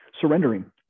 surrendering